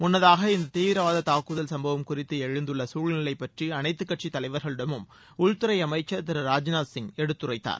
முள்ளதாக இந்த தீவிரவாத தூக்குதல் சும்பவம் குறித்து எழுந்துள்ள சூழ்நிலை பற்றி அனைத்து கட்சித் தலைவர்களிடமும் உள்துறை அமைச்சர் திரு ராஜ்நாத்சிங் எடுத்துரைத்தார்